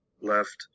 left